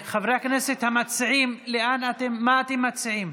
חברי הכנסת המציעים, מה אתם מציעים?